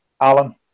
Alan